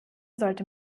sollte